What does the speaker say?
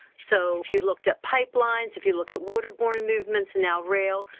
so if you looked at pipelines if you look at waterborne movements and now rail,